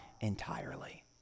entirely